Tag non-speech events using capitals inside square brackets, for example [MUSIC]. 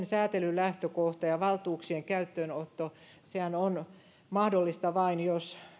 [UNINTELLIGIBLE] säätelyn lähtökohta ja valtuuksien käyttöönotto on mahdollista vain jos